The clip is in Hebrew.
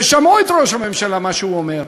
ושמעו את ראש הממשלה, מה שהוא אומר.